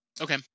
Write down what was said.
Okay